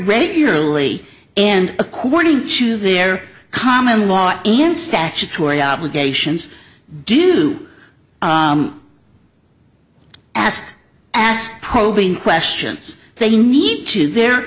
regularly and according to their common law in statutory obligations do ask ask probing questions they need to the